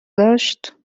داشت